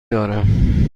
دارم